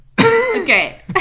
Okay